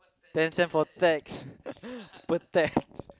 ten cents for text per text